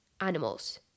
animals